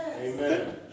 Amen